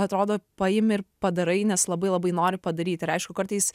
atrodo paimi ir padarai nes labai labai nori padaryt ir aišku kartais